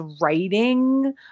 writing